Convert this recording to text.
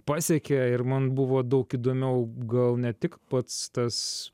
pasiekia ir man buvo daug įdomiau gal ne tik pats tas